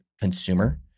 consumer